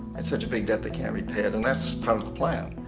and such a big debt they can't repay and and that's part of the plan.